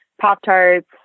Pop-Tarts